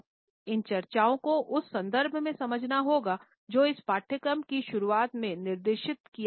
इन चर्चाओं को उस संदर्भ में समझना होगा जो इस पाठ्यक्रम की शुरुआत में निर्दिष्ट किया गया है